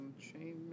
Chain